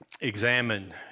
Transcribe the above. Examine